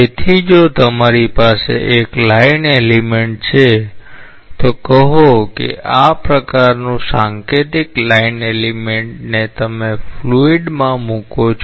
તેથી જો તમારી પાસે એક લાઈન એલીમેંટ છે તો કહો આ પ્રકારનું સાંકેતિક લાઈન એલીમેંટ ને તમે ફ્લુઇડ માં મૂકો છો